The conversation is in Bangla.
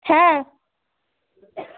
হ্যাঁ